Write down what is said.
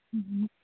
ਹੂੰ ਹੂੰ